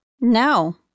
No